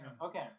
Okay